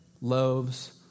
loaves